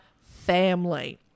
family